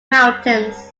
mountains